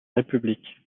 république